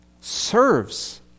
Serves